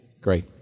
Great